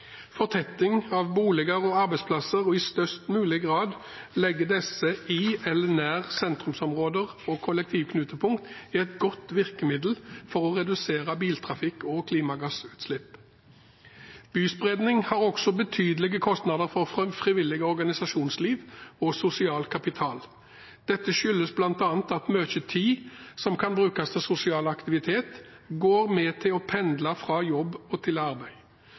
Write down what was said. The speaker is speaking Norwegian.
Fortetting av boliger og arbeidsplasser og i størst mulig grad legge disse i eller nær sentrumsområder og kollektivknutepunkter er et godt virkemiddel for å redusere biltrafikk og klimagassutslipp. Byspredning har også betydelige kostnader for frivillig organisasjonsliv og sosial kapital. Dette skyldes bl.a. at mye tid som kan brukes til sosial aktivitet, går med til å pendle til og fra arbeid. Dette gir mindre sosial kapital og